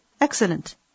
excellent